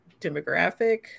demographic